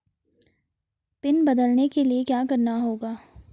Pin बदलने के लिए क्या करना होगा?